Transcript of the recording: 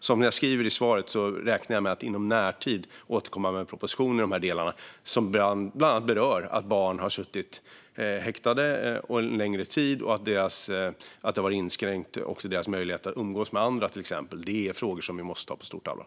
Som jag sa i svaret räknar jag med att inom närtid återkomma med en proposition om detta, som bland annat berör det faktum att barn har suttit häktade en längre tid och att deras möjligheter att umgås med andra också har varit inskränkta. Detta är frågor som vi måste ta på stort allvar.